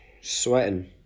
Sweating